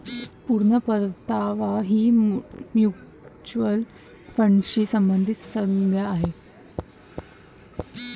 पूर्ण परतावा ही म्युच्युअल फंडाशी संबंधित संज्ञा आहे